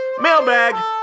mailbag